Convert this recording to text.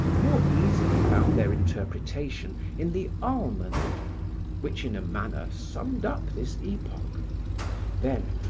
more easily found their interpretation in the almond which in a manner summed up this epoch then,